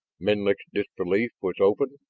menlik's disbelief was open.